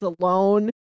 alone